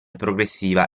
progressiva